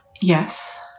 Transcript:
Yes